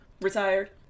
retired